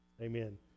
Amen